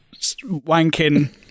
wanking